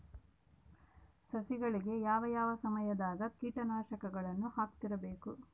ಸಸಿಗಳಿಗೆ ಯಾವ ಯಾವ ಸಮಯದಾಗ ಕೇಟನಾಶಕಗಳನ್ನು ಹಾಕ್ತಿರಬೇಕು?